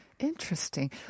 Interesting